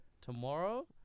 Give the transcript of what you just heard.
tomorrow